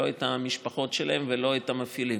לא את המשפחות שלהם ולא את המפעילים.